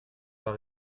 pas